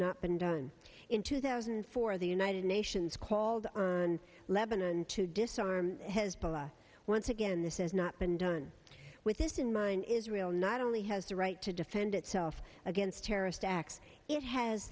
not been done in two thousand and four the united nations called on lebanon to disarm hezbollah once again this is not been done with this in mind israel not only has the right to defend itself against terrorist acts it has